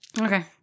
Okay